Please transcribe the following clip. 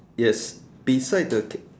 yes beside the c~